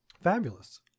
Fabulous